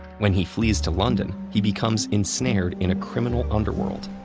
when he flees to london, he becomes ensnared in a criminal underworld.